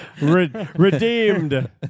Redeemed